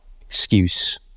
excuse